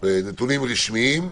נתונים רשמיים,